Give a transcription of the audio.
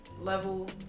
level